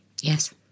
Yes